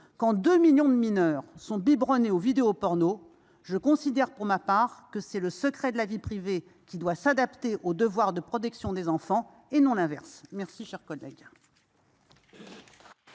Quand deux millions de mineurs sont biberonnés aux vidéos pornos, je considère, pour ma part, que c’est le secret de la vie privée qui doit s’adapter au devoir de protection des enfants, et non l’inverse. La parole est